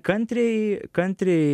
kantriai kantriai